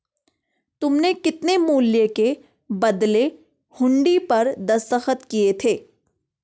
तुमने कितने मूल्य के बदले हुंडी पर दस्तखत किए थे?